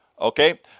Okay